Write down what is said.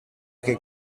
che